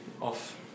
off